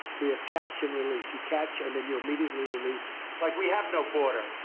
we have catch and release. you catch and then you immediately release. it's like we have no border,